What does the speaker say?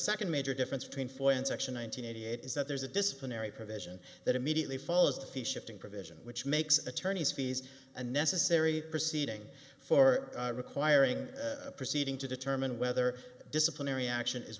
second major difference between four and section one nine hundred eighty eight is that there's a disciplinary provision that immediately follows the shipping provision which makes attorneys fees a necessary proceeding for requiring a proceeding to determine whether disciplinary action is